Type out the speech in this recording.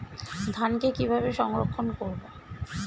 ধানকে কিভাবে সংরক্ষণ করব?